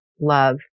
love